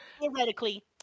theoretically